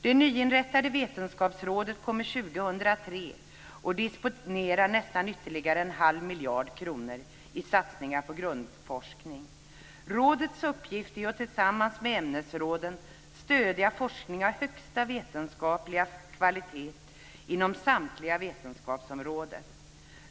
Det nyinrättade Vetenskapsrådet kommer år 2003 att disponera ytterligare nästan en halv miljard kronor för satsningar på grundforskning. Rådets uppgift är att tillsammans med ämnesråden stödja forskning av högsta vetenskapliga kvalitet inom samtliga vetenskapsområden.